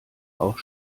auch